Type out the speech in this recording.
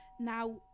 Now